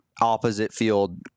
opposite-field